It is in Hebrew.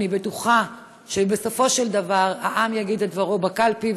אני בטוחה שבסופו של דבר העם יגיד את דברו בקלפי,